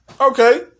Okay